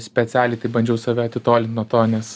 specialiai taip bandžiau save atitolint nuo to nes